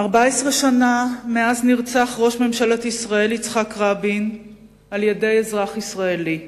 14 שנה מאז נרצח ראש ממשלת ישראל יצחק רבין בידי אזרח ישראלי.